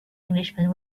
englishman